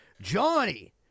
Johnny